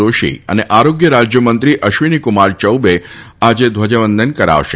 જોશી તથા આરોગ્ય રાજ્યમંત્રી અશ્વિનીકુમાર યૌબે આજે ધ્વજવંદન કરશે